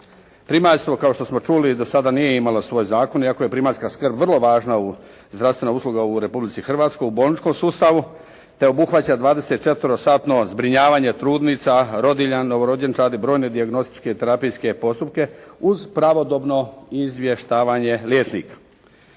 Primaljstvo kao što smo čuli do sada nije imalo svoj zakon, iako je primaljska skrb vrlo važna zdravstvena usluga u Republici Hrvatskoj u bolničkom sustavu, te obuhvaća 24 satno zbrinjavanje trudnica, rodilja, novorođenčadi, brojne dijagnostičke i terapijske postupke uz pravodobno izvještavanje liječnika.